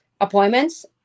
appointments